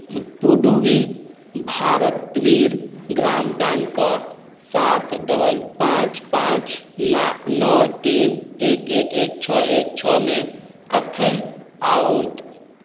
पुडुवी भारत वीर ग्राम बैँकके सात डबल पाँच पाँच ना नओ तीन एक एक एक छओ एक छओमे कखन आओत